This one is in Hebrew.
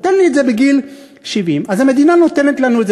תן לי את זה בגיל 70. אז המדינה נותנת לנו את